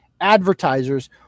advertisers